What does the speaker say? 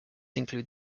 include